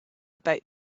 about